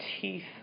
teeth